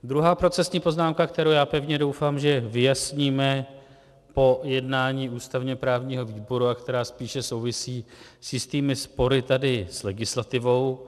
Druhá procesní poznámka, kterou, já pevně doufám, že vyjasníme po jednání ústavněprávního výboru a která spíše souvisí s jistými spory tady s legislativou.